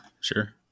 Sure